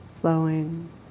flowing